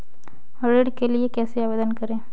ऋण के लिए कैसे आवेदन करें?